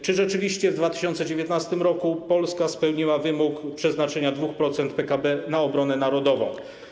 Czy rzeczywiście w 2019 r. Polska spełniła wymóg przeznaczenia 2% PKB na obronę narodową?